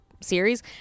series